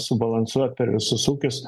subalansuot per visus ūkius